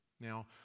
Now